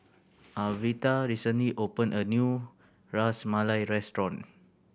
Alverta recently opened a new Ras Malai restaurant